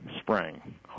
spring